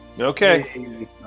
Okay